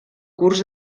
curs